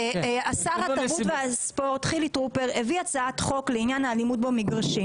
שר התרבות והספורט חיליק טרופר הביא הצעת חוק לעניין האלימות במגרשים.